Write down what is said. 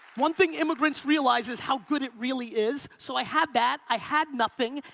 one thing immigrants realize is how good it really is so i had that, i had nothing,